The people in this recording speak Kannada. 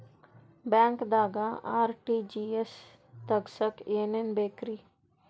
ಬ್ಯಾಂಕ್ದಾಗ ಆರ್.ಟಿ.ಜಿ.ಎಸ್ ತಗ್ಸಾಕ್ ಏನೇನ್ ಬೇಕ್ರಿ?